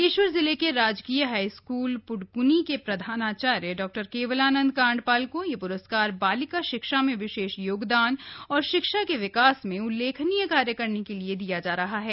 बागेश्वर जिले के राजकीय हाईस्कूल प्ड़क्नी के प्रधानाचार्य डॉ केवलानंद कांडपाल को यह पुरस्कार बालिका शिक्षा में विशेष योगदान और शिक्षा के विकास में उल्लेखनीय कार्य करने के लिए दिया जा रहा है